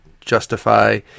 justify